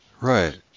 right